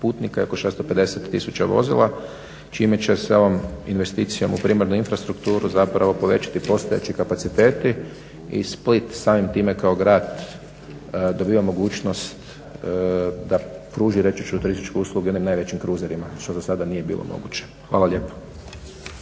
putnika i oko 650 tisuća vozila čime će se ovom investicijom u primarnu infrastrukturu zapravo povećati postojeći kapaciteti. I Split samim time kao grad dobiva mogućnost da pruži reći ću turističku uslugu i onim najvećim kruzerima što do sada nije bilo moguće. Hvala lijepo.